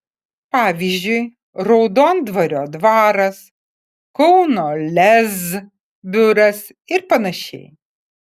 pavyzdžiui raudondvario dvaras kauno lez biuras ir panašiai